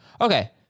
Okay